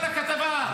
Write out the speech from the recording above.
תקרא את כל הכתבה.